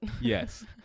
Yes